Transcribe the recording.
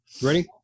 Ready